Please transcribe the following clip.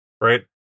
Right